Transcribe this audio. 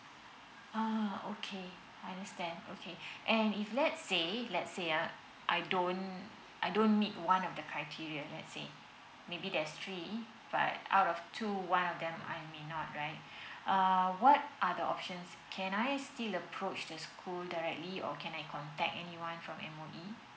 ah okay I understand okay and if let's say let's say ah I don't I don't need one of the criteria let's say maybe there's three but out of two one of them I may not right uh what are the options can I still approach the school directly or can I contact anyone from M_O_E